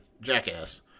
Jackass